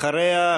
אחריה,